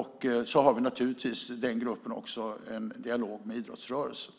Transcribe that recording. I gruppen har vi naturligtvis också en dialog med idrottsrörelsen.